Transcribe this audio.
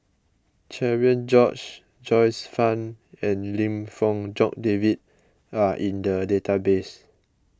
Cherian George Joyce Fan and Lim Fong Jock David are in the database